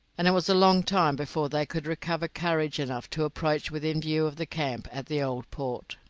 and it was a long time before they could recover courage enough to approach within view of the camp at the old port.